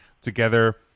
together